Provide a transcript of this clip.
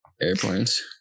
airplanes